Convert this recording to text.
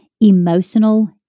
Emotional